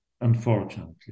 unfortunately